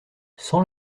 sans